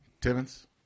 Timmons